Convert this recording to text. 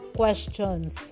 questions